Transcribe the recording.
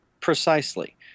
precisely